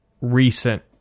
recent